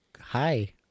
hi